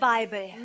Bible